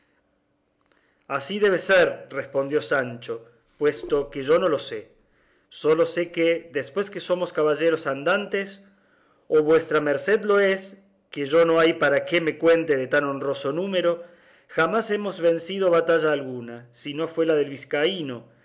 así debe de ser respondió sancho puesto que yo no lo sé sólo sé que después que somos caballeros andantes o vuestra merced lo es que yo no hay para qué me cuente en tan honroso número jamás hemos vencido batalla alguna si no fue la del vizcaíno